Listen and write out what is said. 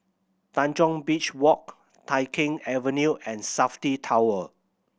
Tanjong Beach Walk Tai Keng Avenue and Safti Tower